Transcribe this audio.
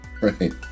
right